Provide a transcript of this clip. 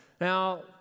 Now